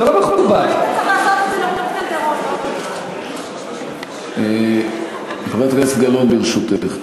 את לא יכולה להפריע לכל דובר פה שאומר דברים בניגוד לדעתך.